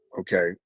okay